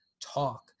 talk